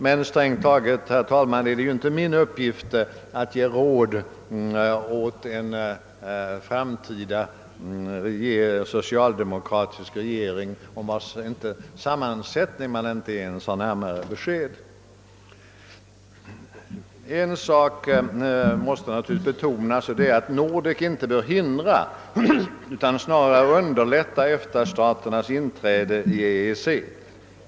Men strängt taget, herr talman, är det ju inte min uppgift att ge råd till en framtida socialdemokratisk regering, om vars sammansättning man inte ens vet något närmare. Något som naturligtvis måste betonas är att Nordek inte bör hindra utan snarare underlätta EFTA-staternas inträde i EEC.